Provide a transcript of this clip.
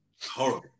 horrible